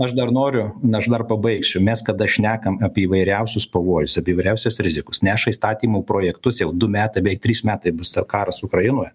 aš dar noriu aš dar pabaigsiu mes kada šnekam apie įvairiausius pavojus apie įvairiausias rizikus neša įstatymų projektus jau du metai beveik trys metai bus ta karas ukrainoje